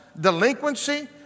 delinquency